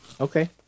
Okay